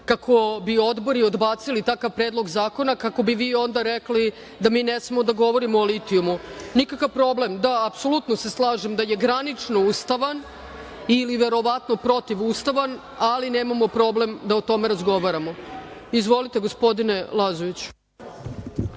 tako bi odbori odbacili takav predlog zakona, kako bi vi onda rekli da mi ne smemo da govorimo o litijumu. Nikakav problem. Da, apsolutno se slažem da je granično ustavan ili verovatno protivustavan, ali nemamo problem da o tome razgovaramo. Izvolite, gospodine Lazoviću.